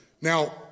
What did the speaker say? Now